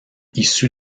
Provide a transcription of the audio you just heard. issu